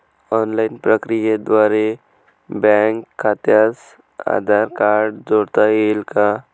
Online प्रक्रियेद्वारे bank खात्यास Aadhaar card जोडता येईल का?